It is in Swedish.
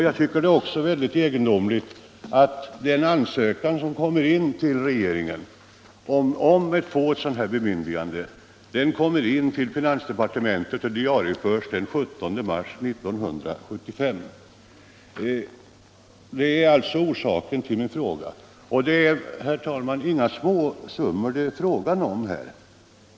Jag tycker att det också är mycket egendomligt att ansökan till regeringen om ett sådant här bemyndigande kom in till finansdepartementet och diariefördes först den 17 mars 1975. Det nämnda är alltså orsaken till min fråga. Och det gäller, herr talman, inga små summor.